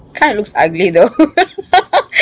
kinda looks ugly though